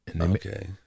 Okay